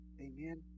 amen